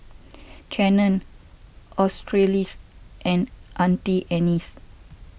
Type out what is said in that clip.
Canon Australis and Auntie Anne's